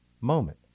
moment